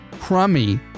crummy